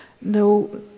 no